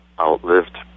outlived